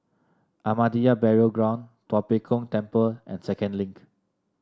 Ahmadiyya Burial Ground Tua Pek Kong Temple and Second Link